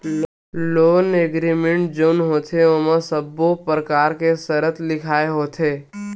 loan agreement जउन होथे ओमा सब्बो परकार के सरत लिखाय होथे